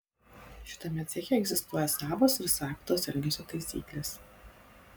šitame ceche egzistuoja savos ir savitos elgesio taisyklės